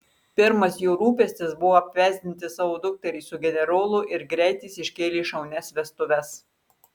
pirmas jo rūpestis buvo apvesdinti savo dukterį su generolu ir greit jis iškėlė šaunias vestuves